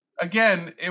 again